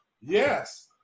yes